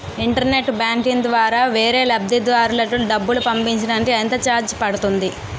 Internet banking ద్వారా వేరే లబ్ధిదారులకు డబ్బులు పంపించటానికి ఎంత ఛార్జ్ పడుతుంది?